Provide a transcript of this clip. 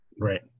right